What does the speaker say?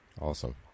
Awesome